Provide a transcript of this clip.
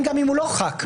אם הוא לא חבר כנסת.